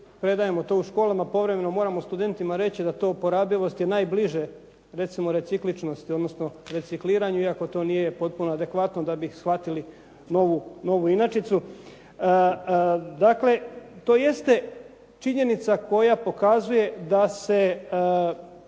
predajemo to u školama povremeno moramo studentima reći da to oporabivost je najbliže recimo recikličnosti odnosno recikliranju iako to nije potpuno adekvatno da bi shvatili novu inačicu. Dakle, to jeste činjenica koja pokazuje da se